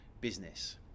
business